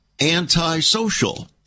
anti-social